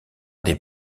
des